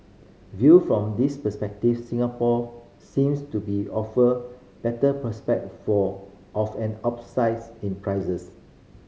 viewed from this perspective Singapore seems to be offer better prospect for of an upsides in prices